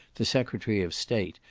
the secretary of state,